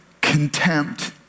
contempt